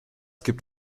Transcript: gibt